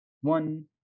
One